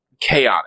chaotic